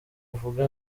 uvuge